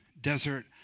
desert